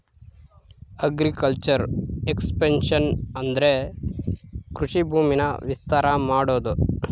agriculture expansion ಅಂದ್ರೆ ಕೃಷಿ ಭೂಮಿನ ವಿಸ್ತಾರ ಮಾಡೋದು